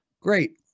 great